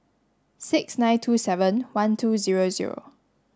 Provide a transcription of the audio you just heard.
six nine two seven one two zero zero